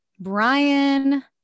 Brian